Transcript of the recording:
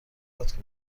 کنید